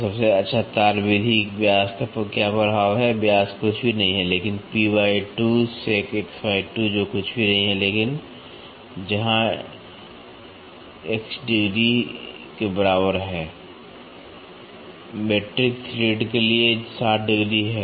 तो सबसे अच्छा तार विधि व्यास का क्या प्रभाव है व्यास कुछ भी नहीं है लेकिन P 2 sec x 2 जो कुछ भी नहीं है लेकिन जहां x 60 डिग्री के बराबर है मीट्रिक थ्रेड के लिए 60 डिग्री है